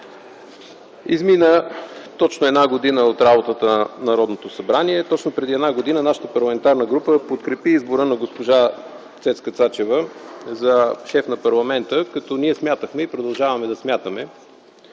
Измина точно една година от работата на Народното събрание. Точно преди една година нашата парламентарна група подкрепи избора на госпожа Цецка Цачева за шеф на парламента. Ние смятахме и продължаваме да смятаме,